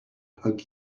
hug